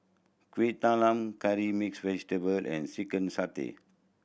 Kueh Talam curry mix vegetable and chicken satay